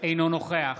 אינו נוכח